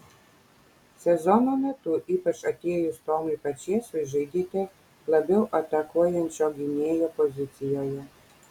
sezono metu ypač atėjus tomui pačėsui žaidėte labiau atakuojančio gynėjo pozicijoje